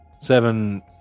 Seven